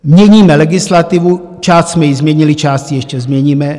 Měníme legislativu, část jsme jí změnili, část jí ještě změníme.